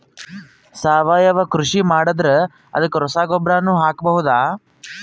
ಸಾವಯವ ಕೃಷಿ ಮಾಡದ್ರ ಅದಕ್ಕೆ ರಸಗೊಬ್ಬರನು ಹಾಕಬಹುದಾ?